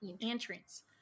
Entrance